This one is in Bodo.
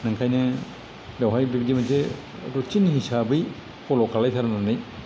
नंखायनो बेवहाय बिब्दि मोनसे रुटिन हिसाबै फल' खालामथारनानै